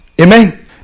Amen